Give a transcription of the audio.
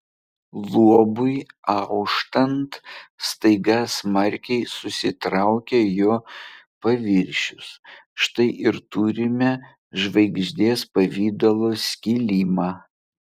luobui auštant staiga smarkiai susitraukė jo paviršius štai ir turime žvaigždės pavidalo skilimą